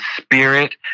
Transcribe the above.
spirit